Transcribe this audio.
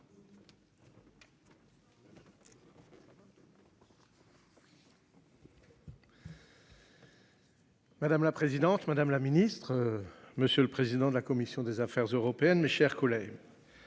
Madame la présidente, madame la ministre. Monsieur le président de la commission des Affaires européennes. Mes chers collègues.